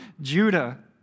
Judah